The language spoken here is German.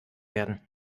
werden